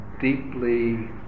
deeply